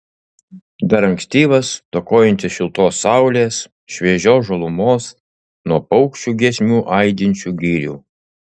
dar ankstyvas stokojantis šiltos saulės šviežios žalumos nuo paukščių giesmių aidinčių girių